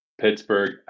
Pittsburgh